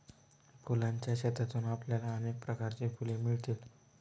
फुलांच्या शेतातून आपल्याला अनेक प्रकारची फुले मिळतील